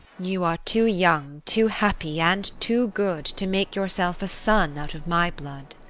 you are too young, too happy, and too good, to make yourself a son out of my blood.